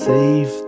Save